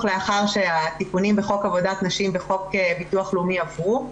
לאחר שהתיקונים בחוק עבודת נשים בחוק ביטוח לאומי עברו.